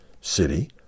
city